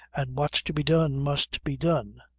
and what's to be done, must be done.